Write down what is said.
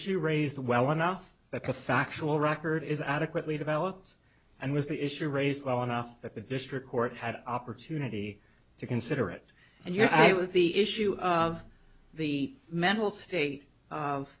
issue raised well enough that the factual record is adequately developed and was the issue raised well enough that the district court had opportunity to consider it and yes it was the issue of the mental state of